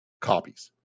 copies